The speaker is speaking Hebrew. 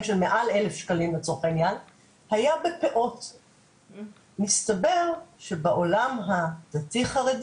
שכתבה אסתר שמיר: "היא הייתה חזקה מהחורף